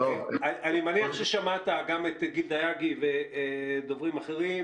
אני מניח ששמעת גם את דייגי וגם דוברים אחרים.